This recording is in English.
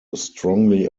strongly